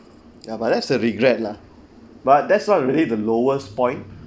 ya but that's a regret lah but that's not really the lowest point